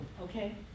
Okay